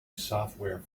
software